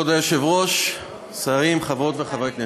כבוד היושבת-ראש, שרים, חברות וחברי הכנסת,